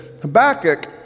Habakkuk